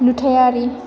नुथायारि